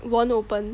won't open